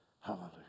Hallelujah